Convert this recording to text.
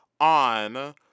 on